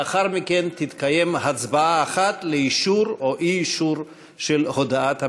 לאחר מכן תתקיים הצבעה אחת לאישור או אי-אישור הודעת הממשלה.